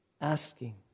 Asking